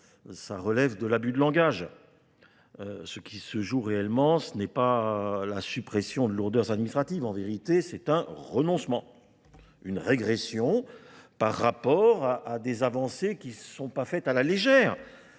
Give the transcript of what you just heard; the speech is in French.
ça relève de l'abus de langage. Ce qui se joue réellement, ce n'est pas la suppression de l'ordre administrative. En vérité, c'est un renoncement. une régression par rapport à des avancées qui ne sont pas faites à la légère,